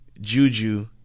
Juju